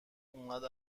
اومد